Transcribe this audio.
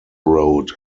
road